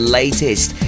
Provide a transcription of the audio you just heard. latest